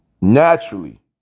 Naturally